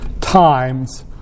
times